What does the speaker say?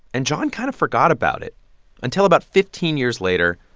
and john kind of forgot about it until about fifteen years later,